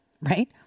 right